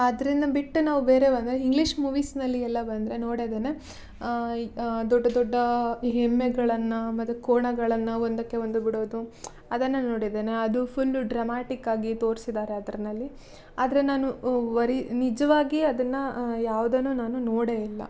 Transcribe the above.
ಅದನ್ನ ಬಿಟ್ಟು ನಾವು ಬೇರೆ ಬಂದರೆ ಇಂಗ್ಲೀಷ್ ಮೂವೀಸಿನಲ್ಲಿ ಎಲ್ಲ ಬಂದರೆ ನೋಡಿದ್ದೇನೆ ದೊಡ್ಡ ದೊಡ್ಡ ಎಮ್ಮೆಗಳನ್ನ ಮತ್ತು ಕೋಣಗಳನ್ನು ಒಂದಕ್ಕೆ ಒಂದು ಬಿಡೋದು ಅದನ್ನು ನೋಡಿದ್ದೇನೆ ಅದು ಫುಲ್ಲು ಡ್ರಮಾಟಿಕ್ಕಾಗಿ ತೋರ್ಸಿದ್ದಾರೆ ಅದ್ರಲ್ಲಿ ಆದರೆ ನಾನು ಒರಿ ನಿಜವಾಗಿ ಅದನ್ನು ಯಾವುದನ್ನು ನಾನು ನೋಡೇ ಇಲ್ಲ